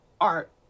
art